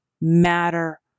matter